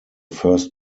first